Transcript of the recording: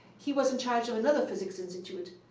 he was in charge of another physics institute.